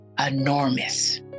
enormous